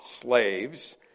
slaves